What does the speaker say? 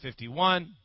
51